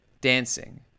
dancing